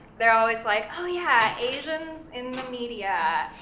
they're always like, oh yeah, asians in the media,